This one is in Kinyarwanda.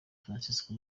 francisco